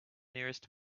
nearest